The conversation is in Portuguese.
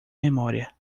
memória